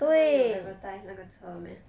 他们有 advertise 那个车 meh